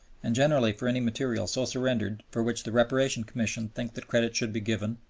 and generally for any material so surrendered for which the reparation commission think that credit should be given,